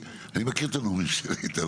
אני מכיר את הנאומים של איתן,